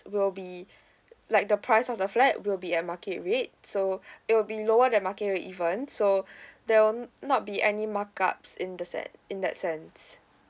will be like the price of the flat will be a market rate so it will be lower than market rate even so there will not be any mark ups in the set in that sense